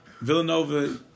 Villanova